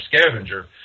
scavenger